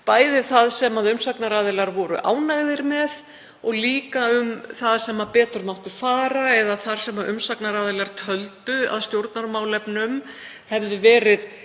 bæði það sem umsagnaraðilar voru ánægðir með og líka um það sem betur mætti fara eða þar sem umsagnaraðilar töldu að stjórnarmálefnum hefði í